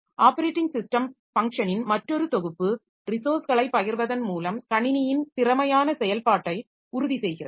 operating system பஃங்ஷனின் மற்றொரு தொகுப்பு ரிசோர்ஸ்களை பகிர்வதன் மூலம் கணினியின் திறமையான செயல்பாட்டை உறுதி செய்கிறது